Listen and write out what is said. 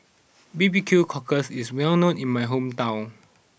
B B Q Cockle is well known in my hometown